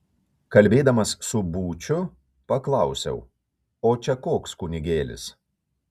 kalbėdamas su būčiu paklausiau o čia koks kunigėlis